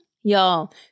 Y'all